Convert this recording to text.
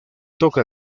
toque